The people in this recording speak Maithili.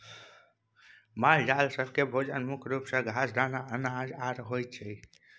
मालजाल सब केँ भोजन मुख्य रूप सँ घास, दाना, अनाज आर होइ छै